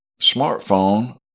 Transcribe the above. smartphone